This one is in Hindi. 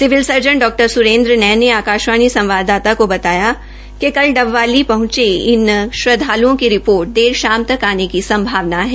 सिविल सर्जन डॉ सुरेन्द्र नैन ने आकाशवाणी संवाददाता को बताया कि कल डबवाली पहंचे इन श्रद्वाल्ओं की रिपोर्ट देर शाम तक आने की संभावना है